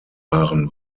waren